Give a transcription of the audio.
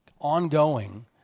ongoing